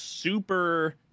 Super